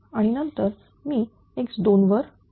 आणि नंतर मी x2 वर येईल